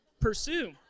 Pursue